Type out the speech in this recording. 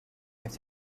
need